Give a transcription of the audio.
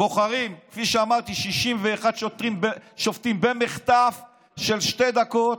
בוחרים, כפי שאמרתי, 61 שופטים במחטף של שתי דקות,